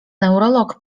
neurolog